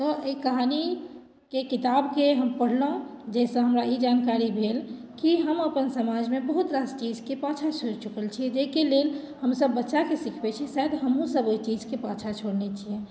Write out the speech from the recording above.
तऽ एहि कहानीके किताबके हम पढ़लहुँ जाहिसँ हमरा ई जानकारी भेल कि हम अपन समाजमे बहुत रास चीजके पाछाँ छोड़ि चुकल छियै जाहिके लेल हमसभ बच्चाके सिखबैत छी सेएह तऽ हमहूँसभ ओहि चीजके पाछाँ छोड़ने छियै